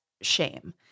shame